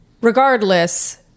regardless